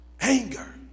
Anger